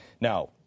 Now